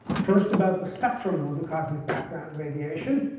first about the spectrum of the cosmic background radiation.